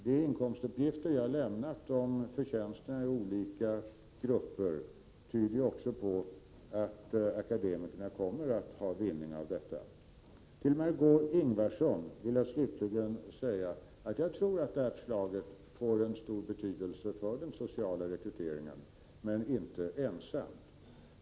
De uppgifter som jag har lämnat beträffande förtjänsterna inom olika grupper tyder också på att akademikerna kommer att vinna på detta. Till Margö Ingvardsson vill jag slutligen säga att jag tror att ett genomförande av det här förslaget kommer att få stor betydelse för den sociala rekryteringen, men inte ensamt.